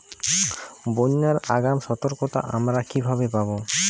বন্যার আগাম সতর্কতা আমরা কিভাবে পাবো?